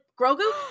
Grogu